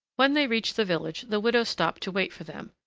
when they reached the village, the widow stopped to wait for them.